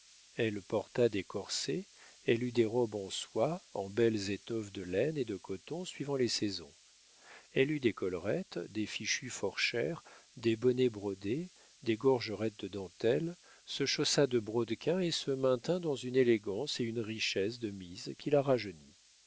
elle porta des corsets elle eut des robes en soie en belles étoffes de laine et de coton suivant les saisons elle eut des collerettes des fichus fort chers des bonnets brodés des gorgerettes de dentelles se chaussa de brodequins et se maintint dans une élégance et une richesse de mise qui la rajeunit